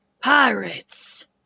Pirates